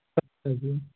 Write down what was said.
ਜੀ